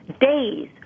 days